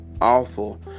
awful